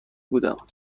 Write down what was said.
بودم